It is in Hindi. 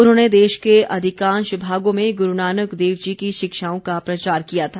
उन्होंने देश के अधिकांश भागों में गुरु नानक देव जी की शिक्षाओं का प्रचार किया था